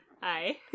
Hi